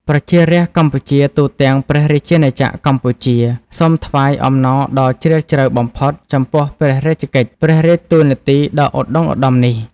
ប្រជារាស្រ្តកម្ពុជាទូទាំង ព្រះរាជាណាចក្រកម្ពុជា សូមថ្វាយអំណរដ៏ជ្រាលជ្រៅបំផុត ចំពោះព្ររាជកិច្ច ព្រះរាជតួនាទីដ៏ឧត្តុង្គឧត្តមនេះ។